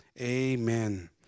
Amen